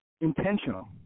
Intentional